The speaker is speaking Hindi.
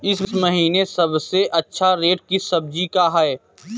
इस महीने सबसे अच्छा रेट किस सब्जी का है?